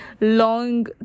long